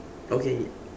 okay